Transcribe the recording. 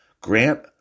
Grant